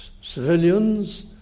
civilians